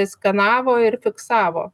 skanavo ir fiksavo